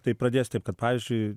tai pradėsiu taip kad pavyzdžiui